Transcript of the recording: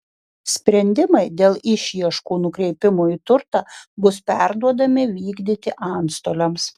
sprendimai dėl išieškų nukreipimo į turtą bus perduodami vykdyti antstoliams